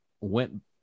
went